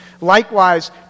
Likewise